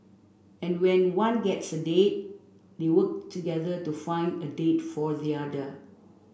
and when one gets a date they work together to find a date for the other